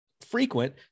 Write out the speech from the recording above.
frequent